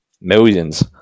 Millions